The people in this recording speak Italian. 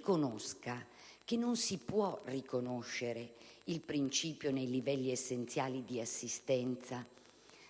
coscienza che non si può riconoscere il principio nei livelli essenziali di assistenza